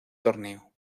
torneo